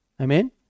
Amen